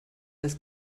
als